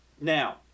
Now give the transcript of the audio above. Now